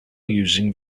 using